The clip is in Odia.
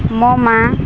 ମୋ ମା'